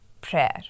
prayer